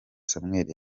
samuel